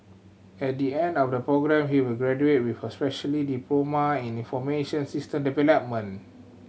at the end of the programme he will graduate with a specialist diploma in information system